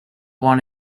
one